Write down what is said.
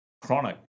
chronic